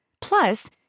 Plus